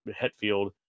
Hetfield